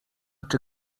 czy